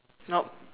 nope